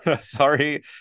Sorry